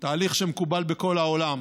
תהליך שמקובל בכל העולם,